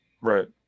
Right